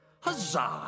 Huzzah